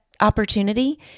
opportunity